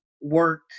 work